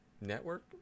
Network